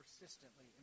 persistently